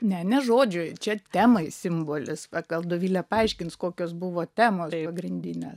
ne ne žodžiui čia temai simbolis va gal dovile paaiškins kokios buvo temos pagrindinės